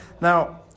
Now